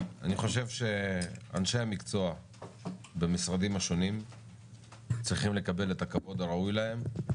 אני חושב שאנשי המקצוע במשרדים השונים צריכים לקבל את הכבוד הראוי להם,